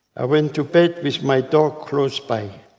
i went to bed with my dog close by.